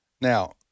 Now